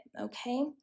okay